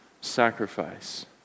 sacrifice